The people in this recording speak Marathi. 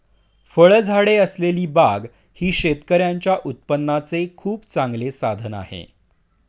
फळझाडे असलेली बाग ही शेतकऱ्यांच्या उत्पन्नाचे खूप चांगले साधन आहे